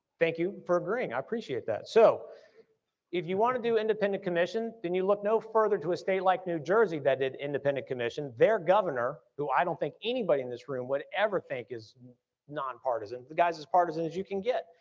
thank you for agreeing i appreciate that. so if you want to do independent commission then you look no further to a state like new jersey that did independent commission, their governor who i don't think anybody in this room would ever think is nonpartisan, the guys as partisan as you can get.